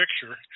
picture